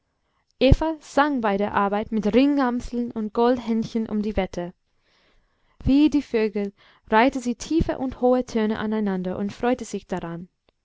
sang bei der arbeit mit ringamseln und goldhähnchen um die wette wie die vögel reihte sie tiefe und hohe töne aneinander und freute sich daran